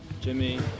Jimmy